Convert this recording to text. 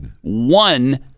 one